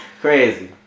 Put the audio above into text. Crazy